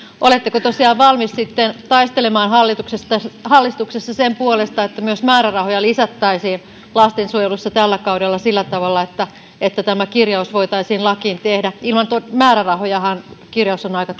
oletteko tosiaan valmis sitten taistelemaan hallituksessa hallituksessa sen puolesta että myös määrärahoja lisättäisiin lastensuojelussa tällä kaudella sillä tavalla että että tämä kirjaus voitaisiin lakiin tehdä ilman määrärahojahan kir jaus on aika